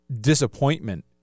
disappointment